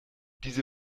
diese